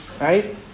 Right